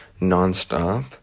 nonstop